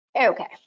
Okay